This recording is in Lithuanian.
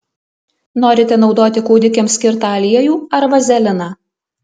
norite naudoti kūdikiams skirtą aliejų ar vazeliną